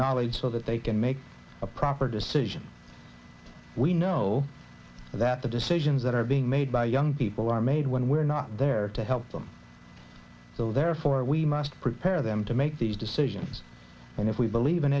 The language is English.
knowledge so that they can make a proper decision we know that the decisions that are being made by young people are made when we're not there to help them so therefore we must prepare them to make these decisions and if we believe in